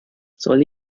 soll